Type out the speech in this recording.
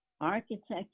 architecture